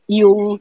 yung